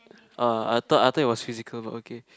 uh I thought I thought it was physical but okay